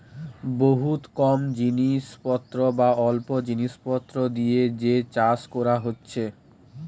বহুত কম জিনিস পত্র বা অল্প জিনিস পত্র দিয়ে যে চাষ কোরা হচ্ছে